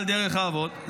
על דרך האבות,